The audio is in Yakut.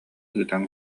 ыытан